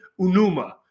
Unuma